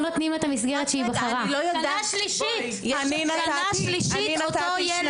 לא נותנים לה את המסגרת שהיא בחרה.) שנה שלישית אותו ילד.